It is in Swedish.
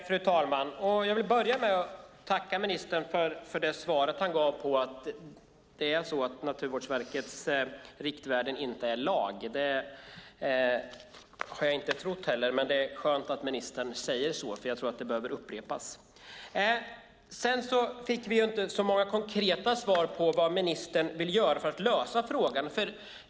Fru talman! Jag vill börja med att tacka ministern för svaret han gav om att Naturvårdsverkets riktvärden inte är lag. Det har jag inte heller trott, men det är skönt att ministern säger så, för jag tror att det behöver upprepas. Vi fick inte så många konkreta svar på vad ministern vill göra för att lösa frågan.